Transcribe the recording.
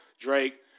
Drake